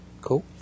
Cool